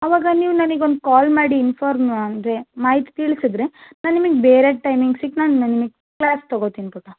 ಅವಾಗ ನೀವು ನನಗೆ ಒಂದು ಕಾಲ್ ಮಾಡಿ ಇನ್ಫಾರ್ಮ್ ಅಂದರೆ ಮಾಹಿತಿ ತಿಳಿಸಿದರೆ ನಾನು ನಿಮಗೆ ಬೇರೆ ಟೈಮಿಂಗ್ಸಿಗೆ ನಾನು ನಿಮಗೆ ಕ್ಲಾಸ್ ತೊಗೋತೀನಿ ಪುಟ್ಟ